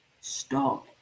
stop